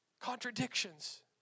Contradictions